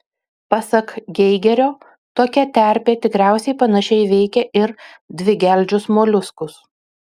pasak geigerio tokia terpė tikriausiai panašiai veikia ir dvigeldžius moliuskus